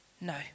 no